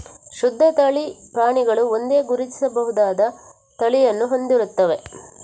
ಶುದ್ಧ ತಳಿ ಪ್ರಾಣಿಗಳು ಒಂದೇ, ಗುರುತಿಸಬಹುದಾದ ತಳಿಯನ್ನು ಹೊಂದಿರುತ್ತವೆ